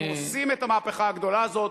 הם עושים את המהפכה הגדולה הזאת,